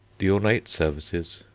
the ornate services,